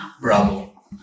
bravo